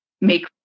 make